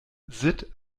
sitt